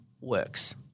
works